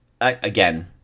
again